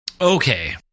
Okay